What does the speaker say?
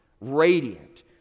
radiant